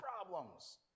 problems